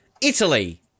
Italy